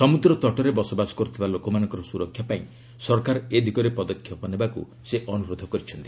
ସମୁଦ୍ର ତଟରେ ବସବାସ କରୁଥିବା ଲୋକମାନଙ୍କର ସୁରକ୍ଷା ପାଇଁ ସରକାର ଏ ଦିଗରେ ପଦକ୍ଷେପ ନେବାକୃ ସେ ଅନ୍ଦରୋଧ କରିଛନ୍ତି